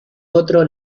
otro